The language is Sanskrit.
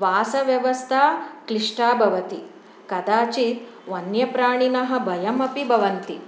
वासव्यवस्ता क्लिष्टा भवति कदाचित् वन्यप्राणिनः भयमपि भवन्ति